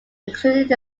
including